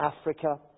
Africa